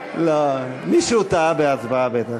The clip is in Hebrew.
לא, מישהו טעה בהצבעה בטח.